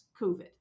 COVID